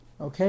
Okay